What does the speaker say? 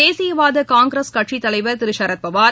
தேசியவாத காங்கிரஸ் கட்சித் தலைவர் திரு சரத்பவார்